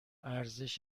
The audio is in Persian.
ارزش